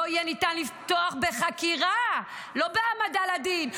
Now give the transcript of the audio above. לא יהיה ניתן לפתוח בחקירה, לא בהעמדה לדין.